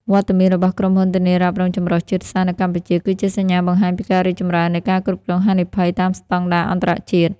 វត្តមានរបស់ក្រុមហ៊ុនធានារ៉ាប់រងចម្រុះជាតិសាសន៍នៅកម្ពុជា គឺជាសញ្ញាបង្ហាញពីការរីកចម្រើននៃ ការគ្រប់គ្រងហានិភ័យ តាមស្ដង់ដារអន្តរជាតិ។